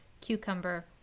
cucumber